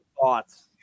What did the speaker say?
thoughts